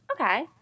Okay